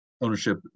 ownership